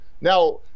Now